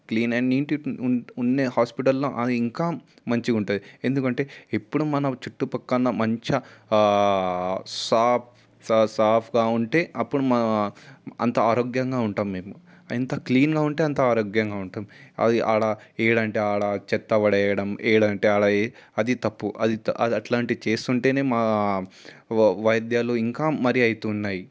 clean and neat ఉండే హాస్పిటల్లో అది ఇంకా మంచిగా ఉంటుంది ఎందుకంటే ఇప్పుడు మనం చుట్టు ప్రక్కన మంచిగా సాఫ్ సా సాఫ్గా ఉంటే అప్పుడు మా అంత ఆరోగ్యంగా ఉంటాము మేము ఎంత క్లీన్గా ఉంటే అంత ఆరోగ్యంగా ఉంటాము అది ఆడ ఏడ అంటే ఆడ చెత్త వడేయడం ఎక్కడంటే ఆడ అది తప్పు అది అది అలాంటివి చేస్తుంటేనే మా వై వైద్యంలో ఇంకా మరి అవుతున్నాయి